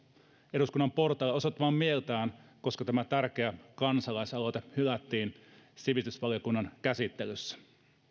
eduskunnan portailla osoittamaan mieltään koska tämä tärkeä kansalaisaloite hylättiin sivistysvaliokunnan käsittelyssä